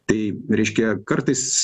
tai reiškia kartais